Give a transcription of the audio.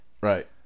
Right